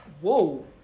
Whoa